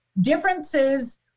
differences